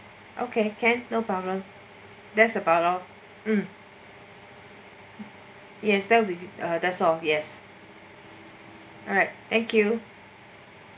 okay can no problem that's about all mm that will be mm that's all yes alright thank you